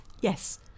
Yes